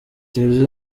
televiziyo